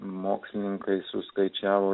mokslininkai suskaičiavo